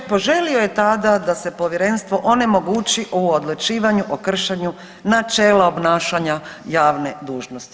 Poželio je tada da se Povjerenstvo onemogući u odlučivanju o kršenju načela obnašanja javne dužnosti.